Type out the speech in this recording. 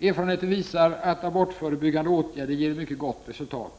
Erfarenheten visar att abortförebyggande åtgärder ger mycket gott resultat.